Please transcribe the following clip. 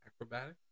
Acrobatic